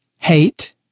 Hate